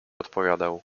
odpowiadał